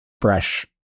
fresh